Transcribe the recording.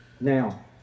Now